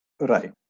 Right